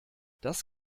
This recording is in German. das